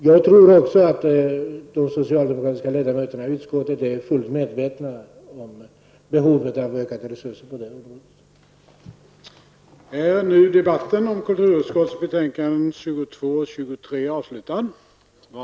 Jag tror också att de socialdemokratiska ledamöterna i utskottet är fullt medvetna om behovet av ökade resurser på detta området.